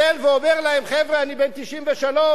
אני בן 93. אמרו: מה לעשות,